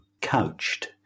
couched